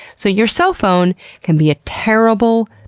so, your cell phone can be a terrible,